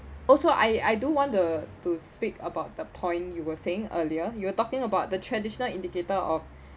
also I I do want to to speak about the point you were saying earlier you were talking about the traditional indicator of